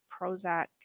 Prozac